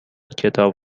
کتاب